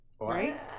Right